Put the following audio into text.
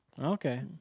okay